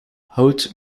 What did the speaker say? hout